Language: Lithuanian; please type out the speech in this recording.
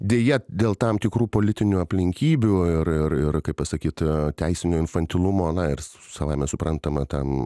deja dėl tam tikrų politinių aplinkybių ir ir ir kaip pasakyt teisinio infantilumo na ir savaime suprantama tam